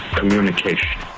communication